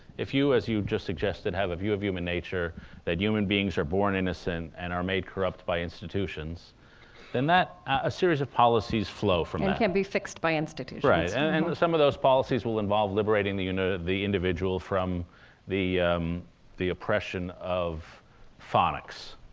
if you, as you just suggested, have a view of human nature that human beings are born innocent and are made corrupt by institutions then a ah series of policies flow from that and can't be fixed by institutions right. yeah and some of those policies will involve liberating the you know the individual from the um the oppression of phonics,